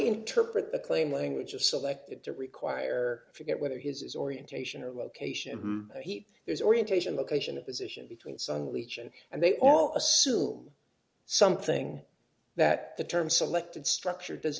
interpret the claim language of selected to require forget whether his is orientation or location he is orientation location of position between sun legion and they all assume something that the term selected structure does